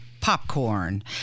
popcorn